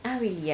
ah really ah